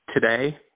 Today